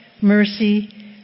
mercy